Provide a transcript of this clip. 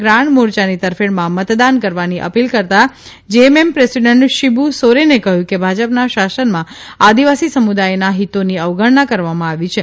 grand મોરચાની તરફેણમાં મતદાન કરવાની અપીલ કરતાં જેએમએમ પ્રેસિડન્ટ શિબુ સોરેને કહ્યું કે ભાજપના શાસનમાં આદિવાસી સમુદાયના હીતોની અવગણના કરવામાં આવી છે